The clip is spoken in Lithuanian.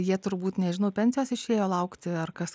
jie turbūt nežinau pensijos išėjo laukti ar kas